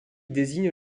désigne